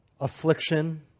affliction